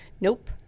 Nope